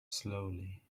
slowly